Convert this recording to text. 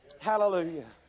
Hallelujah